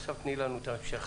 עכשיו תני לנו את ההמשך.